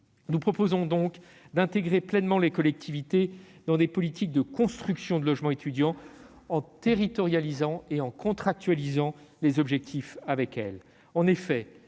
Nous proposons donc d'intégrer pleinement les collectivités dans les politiques de construction des logements étudiants en territorialisant et contractualisant les objectifs avec elles.